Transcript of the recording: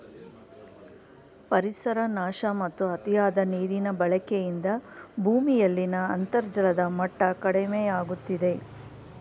ಪರಿಸರ ನಾಶ ಮತ್ತು ಅತಿಯಾದ ನೀರಿನ ಬಳಕೆಯಿಂದ ಭೂಮಿಯಲ್ಲಿನ ಅಂತರ್ಜಲದ ಮಟ್ಟ ಕಡಿಮೆಯಾಗುತ್ತಿದೆ